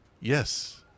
Yes